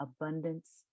abundance